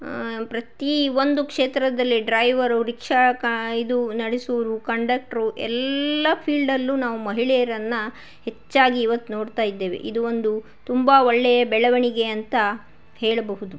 ಪ್ರತಿ ಒಂದು ಕ್ಷೇತ್ರದಲ್ಲಿ ಡ್ರೈವರು ರಿಕ್ಷಾ ಕ ಇದು ನಡೆಸುವರು ಕಂಡಕ್ಟ್ರು ಎಲ್ಲ ಫೀಲ್ಡಲ್ಲೂ ನಾವು ಮಹಿಳೆಯರನ್ನು ಹೆಚ್ಚಾಗಿ ಇವತ್ತು ನೋಡ್ತಾ ಇದ್ದೇವೆ ಇದು ಒಂದು ತುಂಬಾ ಒಳ್ಳೆಯ ಬೆಳವಣಿಗೆ ಅಂತ ಹೇಳಬಹುದು